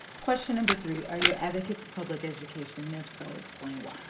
question number three. are you a advocate for public education, and if so explain why?